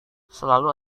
selalu